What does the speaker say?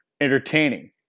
entertaining